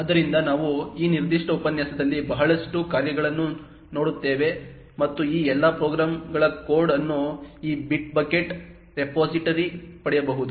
ಆದ್ದರಿಂದ ನಾವು ಈ ನಿರ್ದಿಷ್ಟ ಉಪನ್ಯಾಸದಲ್ಲಿ ಬಹಳಷ್ಟು ಕಾರ್ಯಕ್ರಮಗಳನ್ನು ನೋಡುತ್ತೇವೆ ಮತ್ತು ಈ ಎಲ್ಲಾ ಪ್ರೋಗ್ರಾಂಗಳ ಕೋಡ್ ಅನ್ನು ಈ ಬಿಟ್ಬಕೆಟ್ ರೆಪೊಸಿಟರಿಯಿಂದ ಪಡೆಯಬಹುದು